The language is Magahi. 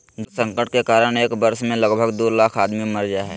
जल संकट के कारण एक वर्ष मे लगभग दू लाख आदमी मर जा हय